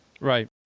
Right